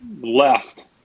left